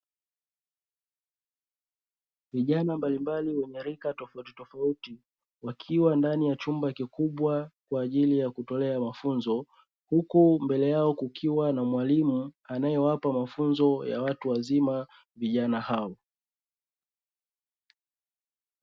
Vijana mbalimbali wenye rika tofautitofauti wakiwa ndani ya chumba kikubwa, kwa ajili ya kutolea mafunzo. Huku mbele yao kukiwa na mwalimu anayewapa mafunzo ya watu wazima vijana hao.